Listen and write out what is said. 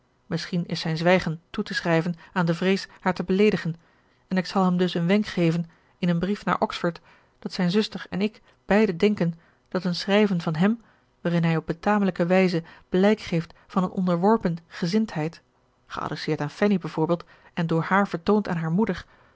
misschien is zijn zwijgen toe te schrijven aan de vrees haar te beleedigen en ik zal hem dus een wenk geven in een brief naar oxford dat zijn zuster en ik beiden denken dat een schrijven van hem waarin hij op betamelijke wijze blijk geeft van eene onderworpen gezindheid geadresseerd aan fanny bijvoorbeeld en door haar vertoond aan hare moeder